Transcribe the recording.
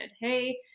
hey